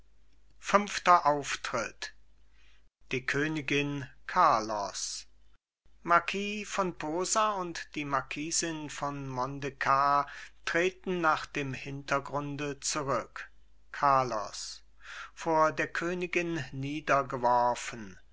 fünfter auftritt die königin carlos marquis von posa und die marquisin von mondekar treten nach dem hintergrunde zurück carlos vor der königin